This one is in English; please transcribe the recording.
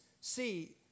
see